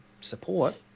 support